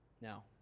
Now